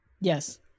Yes